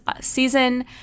season